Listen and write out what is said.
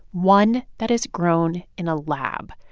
one that is grown in a lab.